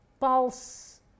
pulse